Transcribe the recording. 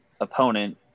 opponent